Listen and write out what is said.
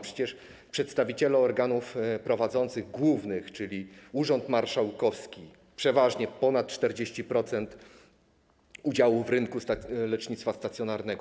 Przecież przedstawiciele organów prowadzących, głównych, czyli urząd marszałkowski, to przeważnie ponad 40% udziału w rynku lecznictwa stacjonarnego.